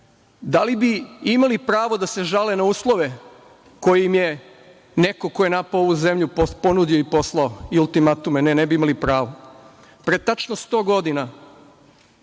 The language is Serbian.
Da li bi imali pravo da se žale na uslove koje im je neko ko je napao ovu zemlju ponudio i poslao i ultimatume? Ne, ne bi imali pravo. Pre tačno 100 godina,